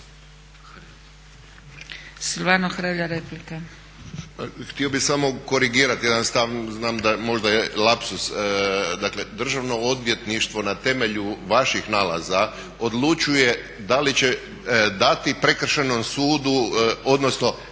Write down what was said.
Silvano Hrelja, replika.